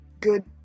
good